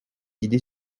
idées